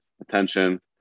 attention